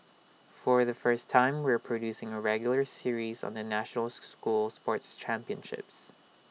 for the first time we are producing A regular series on the nationals school sports championships